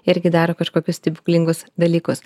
irgi daro kažkokius stebuklingus dalykus